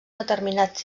determinats